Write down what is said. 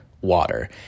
water